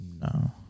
No